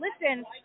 listen